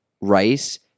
rice